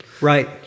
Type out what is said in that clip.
right